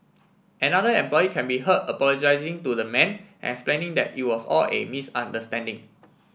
another employee can be heard apologising to the man and explaining that it was all a misunderstanding